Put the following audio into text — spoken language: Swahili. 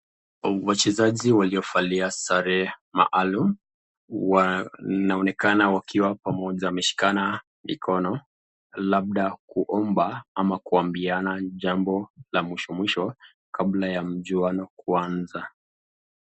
Wachezaji walio valia sare maalum ,wanaonekana wakiwa pamoja wameshikana mikono, labda kuomba ama kuambiana jambo la mwisho mwisho kabla ya mjuano kuanza.